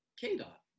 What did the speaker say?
K-Dot